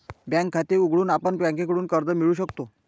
bank खाते उघडून आपण बँकेकडून कर्ज मिळवू शकतो